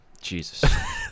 jesus